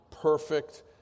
perfect